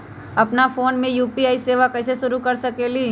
अपना फ़ोन मे यू.पी.आई सेवा कईसे शुरू कर सकीले?